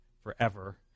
Forever